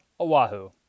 Oahu